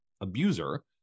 abuser